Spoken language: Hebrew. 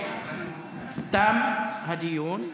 תם הדיון.